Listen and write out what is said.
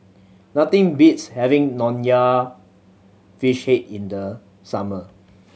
nothing beats having Nonya Fish Head in the summer